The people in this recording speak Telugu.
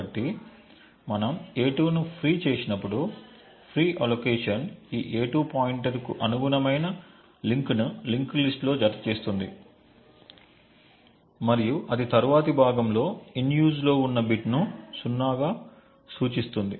కాబట్టి మనం a2 ను ఫ్రీ చేసినప్పుడు ఫ్రీ ఆలోకేషన్ ఈ a2 పాయింటర్కు అనుగుణమైన లింక్ను లింక్డ్ లిస్ట్ లో జతచేస్తుంది మరియు అది తరువాతి భాగం లో in use లో ఉన్న బిట్ను 0 గా సూచిస్తుంది